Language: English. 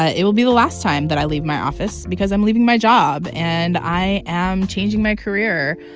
ah it will be the last time that i leave my office because i'm leaving my job and i am changing my career.